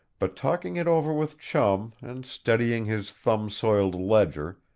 but talking it over with chum and studying his thumbed-soiled ledger,